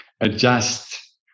adjust